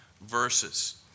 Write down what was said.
verses